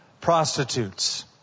Prostitutes